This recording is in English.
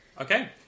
Okay